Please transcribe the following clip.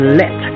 let